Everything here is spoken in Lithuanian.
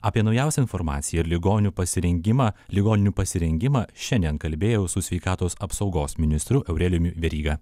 apie naujausią informaciją ir ligonių pasirengimą ligoninių pasirengimą šiandien kalbėjau su sveikatos apsaugos ministru aurelijumi veryga